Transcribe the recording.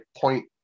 point